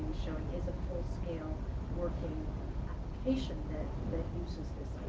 showing is a full scale working application that uses this